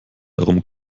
darum